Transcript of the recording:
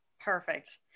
Perfect